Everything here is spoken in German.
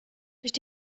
durch